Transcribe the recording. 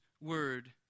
word